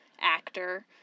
actor